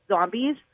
zombies